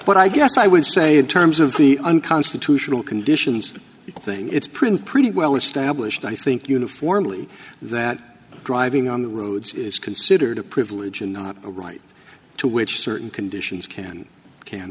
what i guess i would say in terms of the unconstitutional conditions thing it's pretty pretty well established i think uniformly that driving on the roads is considered a privilege and not a right to which certain conditions can can